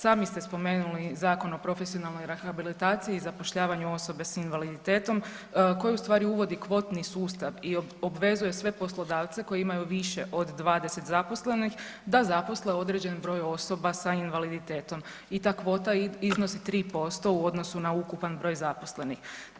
Sami ste spomenuli Zakon o profesionalnoj rehabilitaciji i zapošljavanju osoba sa invaliditetom koji u stvari uvodi kvotni sustav i obvezuje sve poslodavce koji imaju više od 20 zaposlenih da zaposle određen broj osoba sa invaliditetom i ta kvota iznosi 3% u odnosu na ukupan broj zaposlenih.